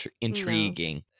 intriguing